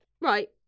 right